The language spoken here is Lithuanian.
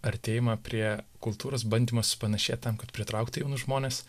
artėjimą prie kultūros bandymą supanašėt tam kad pritraukti jaunus žmones